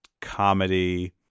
comedy